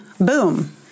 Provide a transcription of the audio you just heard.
boom